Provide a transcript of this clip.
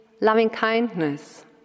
loving-kindness